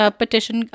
petition